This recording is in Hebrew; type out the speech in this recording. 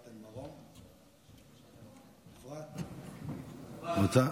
את רוצה?